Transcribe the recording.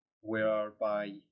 whereby